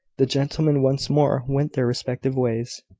the gentlemen once more went their respective ways.